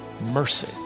mercy